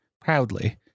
proudly